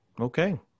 Okay